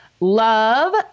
love